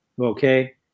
Okay